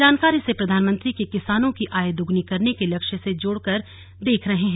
जानकार इसे प्रधानमंत्री के किसानों की आय दुगुनी करने के लक्ष्य से जोड़कर देख रहे हैं